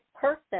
person